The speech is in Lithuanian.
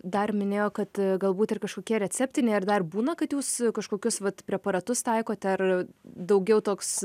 dar minėjo kad galbūt ir kažkokie receptiniai ar dar būna kad jūs kažkokius vat preparatus taikote ar daugiau toks